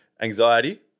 anxiety